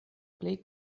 plej